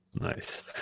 nice